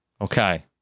Okay